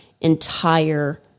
entire